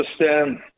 understand